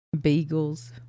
beagles